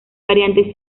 variantes